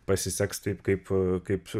pasiseks taip kaip kaip